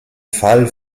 fall